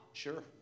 Sure